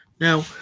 Now